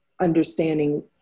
understanding